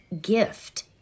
gift